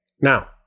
Now